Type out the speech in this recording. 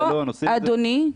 אתה, אדוני,